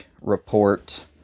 report